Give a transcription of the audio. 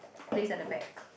place at the back